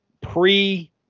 pre